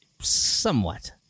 Somewhat